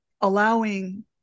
allowing